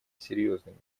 серьезными